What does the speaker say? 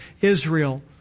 Israel